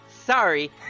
Sorry